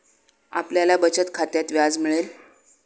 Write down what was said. आपल्याला बचत खात्यात व्याज मिळेल